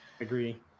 Agree